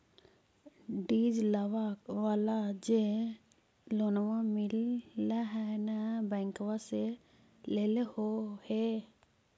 डिजलवा वाला जे लोनवा मिल है नै बैंकवा से लेलहो हे?